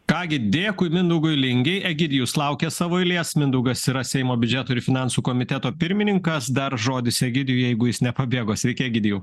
ką gi dėkui mindaugui lingei egidijus laukia savo eilės mindaugas yra seimo biudžeto ir finansų komiteto pirmininkas dar žodis egidijui jeigu jis nepabėgo sveiki egidijau